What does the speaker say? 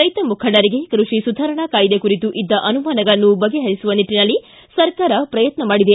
ರೈತ ಮುಖಂಡರಿಗೆ ಕೃಷಿ ಸುಧಾರಣಾ ಕಾಯ್ದೆ ಕುರಿತು ಇದ್ದ ಅನುಮಾನಗಳನ್ನು ಬಗೆಹರಿಸುವ ನಿಟ್ಟನಲ್ಲಿ ಸರ್ಕಾರ ಪ್ರಯತ್ನ ಮಾಡಿದೆ